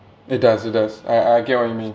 it does it does I I get what you mean